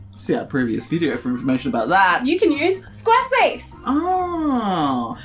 see our previous video for information about that you can use squarespace. oh.